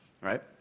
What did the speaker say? right